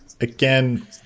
Again